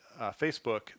Facebook